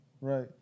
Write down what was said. right